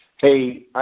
Hey